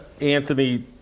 Anthony